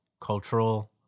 cultural